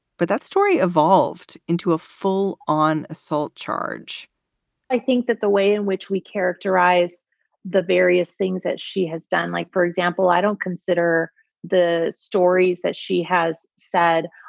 but that story evolved into a full on assault charge i think that the way in which we characterize the various things that she has done, like, for example, i don't consider the stories that she has said.